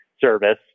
service